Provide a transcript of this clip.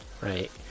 right